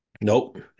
nope